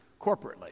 corporately